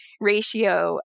ratio